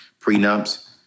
prenups